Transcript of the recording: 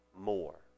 more